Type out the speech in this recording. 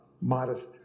modest